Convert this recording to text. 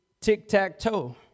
tic-tac-toe